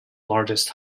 largest